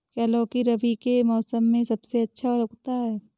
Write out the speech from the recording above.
क्या लौकी रबी के मौसम में सबसे अच्छा उगता है?